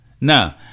Now